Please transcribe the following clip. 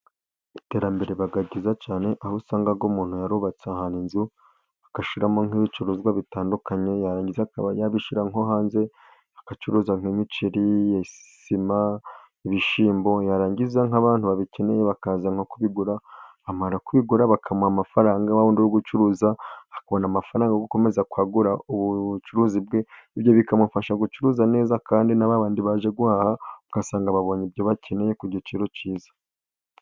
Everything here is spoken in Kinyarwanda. Iterambere riba ryiza cyane, aho usanga umuntu yarubatse ahantu inzu agashyiramo nk'ibicuruzwa bitandukanye ,yarangiza akaba yabishyira nko hanze agacuruza:nk'imiceri, sima, ibishyimbo, yarangiza nk'abantu babikeneye bakaza nko kubigura, bamara kubigura bakamuha amafaranga, wa wundi uri gucuruza akabona amafaranga yo gukomeza kwagura bucuruzi bwe, ibyo bikamufasha gucuruza neza, kandi na ba bandi baje guhaha ugasanga babonye ibyo bakeneye ku giciro cyiza.